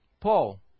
Paul